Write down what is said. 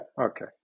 okay